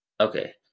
okay